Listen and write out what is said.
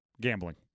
Gambling